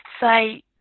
say